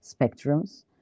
spectrums